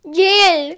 Jail